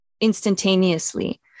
instantaneously